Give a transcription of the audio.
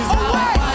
away